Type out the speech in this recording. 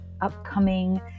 upcoming